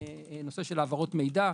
את הנושא של העברת מידע,